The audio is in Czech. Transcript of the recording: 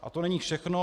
A to není všechno.